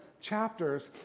chapters